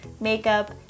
makeup